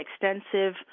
extensive